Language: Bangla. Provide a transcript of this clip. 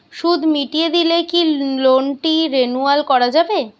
সুদ মিটিয়ে দিলে কি লোনটি রেনুয়াল করাযাবে?